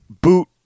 boot